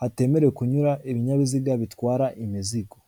hatemerewe kunyura ibinyabiziga bitwara imizigo.